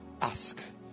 ask